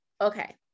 Okay